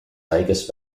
vegas